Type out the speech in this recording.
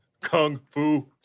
Kung-fu